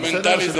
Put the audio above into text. מונומנטלי, בסדר?